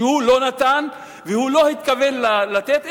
שהוא לא נתן והוא לא התכוון לתת,